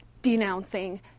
Denouncing